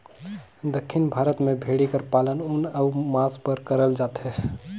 दक्खिन भारत में भेंड़ी कर पालन ऊन बर अउ मांस बर करल जाथे